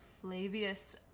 Flavius